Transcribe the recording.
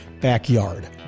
backyard